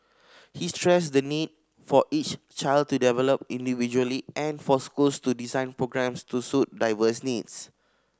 he stressed the need for each child to develop individually and for schools to design programmes to suit diverse needs